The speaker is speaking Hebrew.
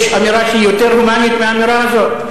יש אמירה שהיא יותר הומנית מהאמירה הזאת?